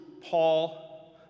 Paul